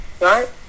right